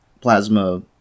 plasma